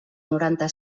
noranta